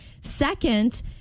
Second